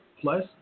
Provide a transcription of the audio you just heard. plus